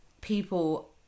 People